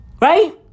right